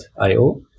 I-O